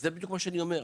זה בדיוק מה שאני אומר.